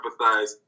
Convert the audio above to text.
empathize